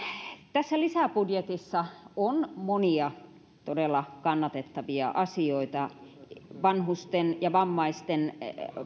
tässä lisäbudjetissa on monia todella kannatettavia asioita vanhusten ja vammaisten